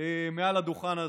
מעל הדוכן הזה,